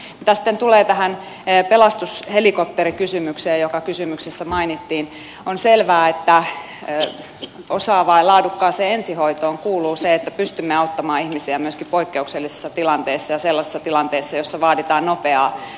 mitä sitten tulee tähän pelastushelikopterikysymykseen joka kysymyksessä mainittiin on selvää että osaavaan ja laadukkaaseen ensihoitoon kuuluu se että pystymme auttamaan ihmisiä myöskin poikkeuksellisessa tilanteessa ja sellaisessa tilanteessa jossa vaaditaan nopeaa reagointia